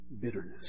bitterness